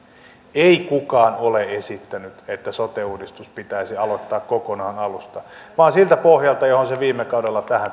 ei kukaan ole esittänyt että sote uudistus pitäisi aloittaa kokonaan alusta vaan siltä pohjalta mihin pisteeseen se viime kaudella